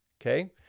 Okay